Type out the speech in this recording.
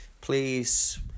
please